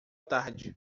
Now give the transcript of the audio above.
tarde